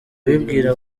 abibwira